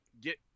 get